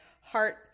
heart